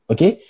Okay